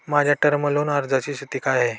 माझ्या term loan अर्जाची स्थिती काय आहे?